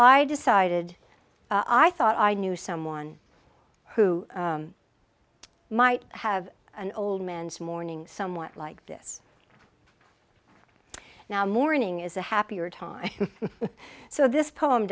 i decided i thought i knew someone who might have an old man's morning somewhat like this now morning is a happier time so this